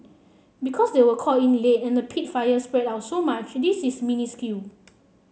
because they were called in late and the peat fire spread out so much this is minuscule